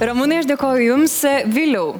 ramūnai aš dėkoju jums viliau